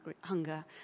hunger